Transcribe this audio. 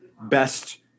best